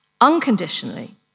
unconditionally